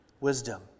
Wisdom